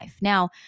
Now